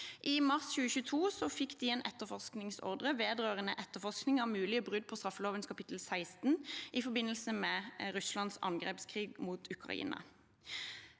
I mars 2022 fikk de en etterforskningsordre vedrørende etterforskning av mulige brudd på straffeloven kapittel 16 i forbindelse med Russlands angrepskrig mot Ukraina.